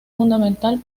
fundamental